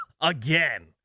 again